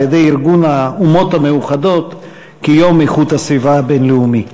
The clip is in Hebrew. שהוכרז על-ידי ארגון האומות המאוחדות כיום איכות הסביבה הבין-לאומי.